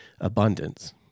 abundance